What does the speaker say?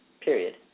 period